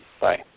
bye